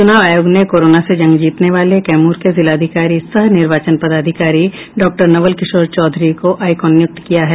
चुनाव आयोग ने कोरोना से जंग जीतने वाले कैमूर के जिलाधिकारी सह निर्वाचन पदाधिकारी डॉक्टर नवल किशोर चौधरी को आईकॉन नियुक्त किया है